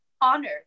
honor